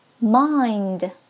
mind